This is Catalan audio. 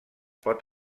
pot